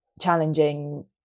challenging